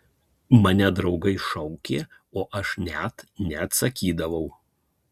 mane draugai šaukė o aš net neatsakydavau